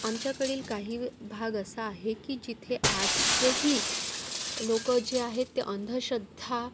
आमच्याकडील काही भाग असा आहे की जिथे आजही लोकं जी आहेत ती अंधश्रद्धा